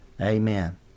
Amen